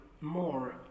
more